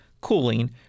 cooling